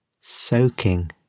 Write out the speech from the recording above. Soaking